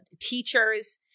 teachers